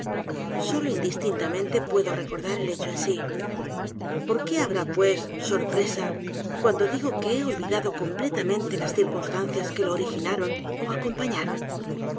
sólo indistintamente puedo recordar el hecho en s í por qué habrá pues sorpresa cuando digo que he olvidado completamente las circunstancias que lo originaron ó acompañaron